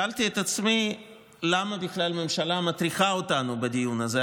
שאלתי את עצמי למה בכלל הממשלה מטריחה אותנו בדיון הזה.